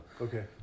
Okay